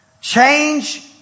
change